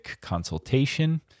consultation